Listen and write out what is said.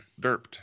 derped